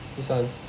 this one